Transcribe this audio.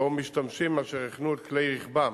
ו/או משתמשים אשר החנו את כלי רכבם